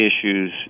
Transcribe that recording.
issues